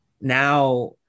now